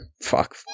fuck